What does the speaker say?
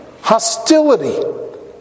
hostility